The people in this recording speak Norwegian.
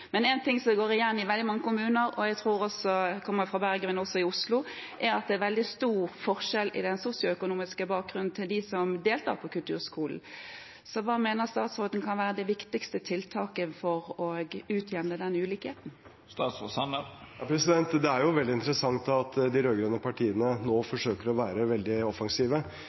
En ting som går igjen i veldig mange kommuner, og jeg tror også i Oslo – jeg kommer fra Bergen – er at det er veldig stor forskjell i den sosioøkonomiske bakgrunnen til dem som deltar på kulturskolen. Hva mener statsråden kan være det viktigste tiltaket for å utjevne denne ulikheten? Det er veldig interessant at de rød-grønne partiene nå forsøker å være veldig offensive.